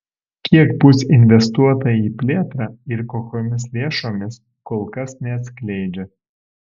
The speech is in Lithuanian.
kiek bus investuota į plėtrą ir kokiomis lėšomis kol kas neatskleidžia